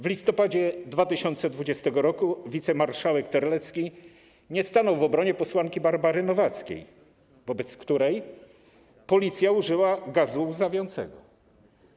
W listopadzie 2020 r. wicemarszałek Terlecki nie stanął w obronie posłanki Barbary Nowackiej, wobec której policja użyła gazu łzawiącego.